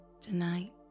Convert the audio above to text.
Tonight